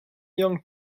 young